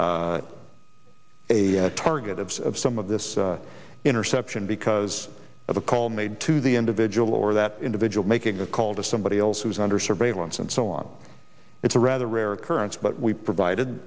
a target of of some of this interception because of a call made to the individual or that individual making a call to somebody else who's under surveillance and so on it's a rather rare occurrence but we provided